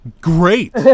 Great